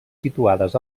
situades